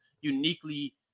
uniquely